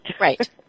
Right